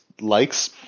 likes